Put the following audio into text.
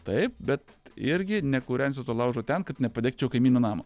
taip bet irgi nekūrensiu to laužo ten kad nepadegčiau kaimyno namo